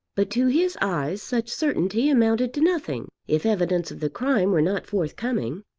but to his eyes such certainty amounted to nothing, if evidence of the crime were not forthcoming.